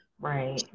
Right